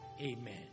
Amen